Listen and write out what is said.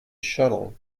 shuttle